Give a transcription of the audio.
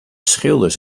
schilders